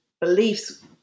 beliefs